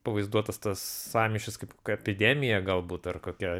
pavaizduotas tas sąmyšis kaip epidemija galbūt ar kokia